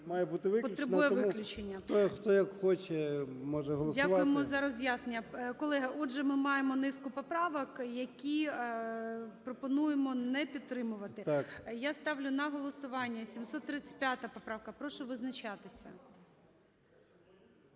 ЧЕРНЕНКО О.М. Тому хто як хоче може голосувати. ГОЛОВУЮЧИЙ. Дякуємо за роз'яснення. Колеги, отже, ми маємо низку поправок, які пропонуємо не підтримувати. Я ставлю на голосування. 735 поправка, прошу визначатися.